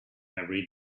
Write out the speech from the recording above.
every